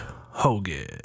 Hogan